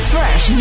Fresh